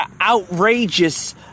outrageous